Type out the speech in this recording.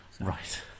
Right